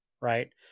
right